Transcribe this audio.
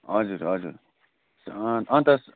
हजुर हजुर अन्त